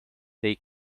they